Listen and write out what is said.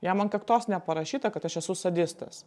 jam ant kaktos neparašyta kad aš esu sadistas